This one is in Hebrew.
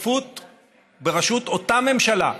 בראשות אותה ממשלה,